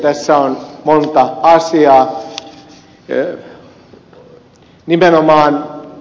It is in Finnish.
tässä on monta asiaa